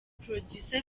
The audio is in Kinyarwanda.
producer